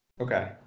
Okay